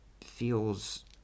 feels